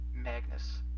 Magnus